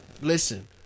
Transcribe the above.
listen